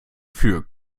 für